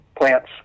plants